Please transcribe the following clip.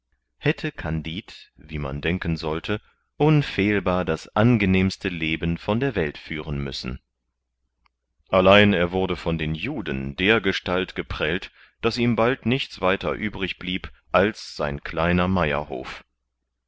hätte kandid wie man denken sollte unfehlbar das angenehmste leben von der welt führen müssen allein er wurde von den juden dergestalt geprellt daß ihm bald nichts weiter übrig blieb als sein kleiner meierhof